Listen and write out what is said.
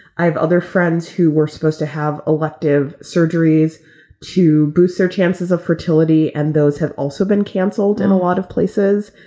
i have other friends who were supposed to have elective surgeries to boost their chances of fertility and those have also been canceled and a lot of places.